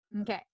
Okay